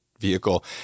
vehicle